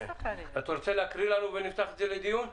אתה רוצה להקריא לנו ונפתח את זה לדיון?